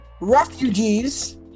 refugees